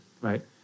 right